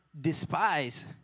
despise